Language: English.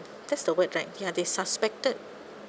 that's the word right ya they suspected